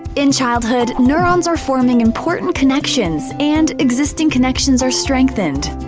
in childhood, neurons are forming important connections, and existing connections are strengthened.